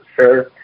Sure